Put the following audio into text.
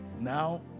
Now